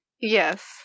Yes